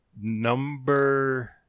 Number